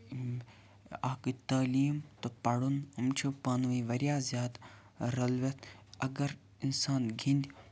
اکھ گٔے تعلیٖم تہٕ پَرُن أمۍ چھِ پانہٕ وٕنۍ واریاہ زیادٕ رٔلِتھ اَگر اِنسان گِنٛدِ